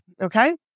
okay